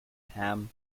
ham